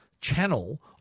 channel